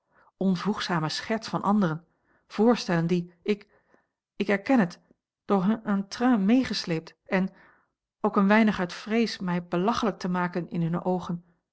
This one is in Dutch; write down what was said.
onvoegzame scherts van anderen voorstellen die ik ik erken het door hun entrain meegesleept en ook een weinig uit vrees mij belachelijk te maken in hunne oogen